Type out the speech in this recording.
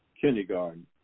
kindergarten